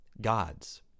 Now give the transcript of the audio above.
God's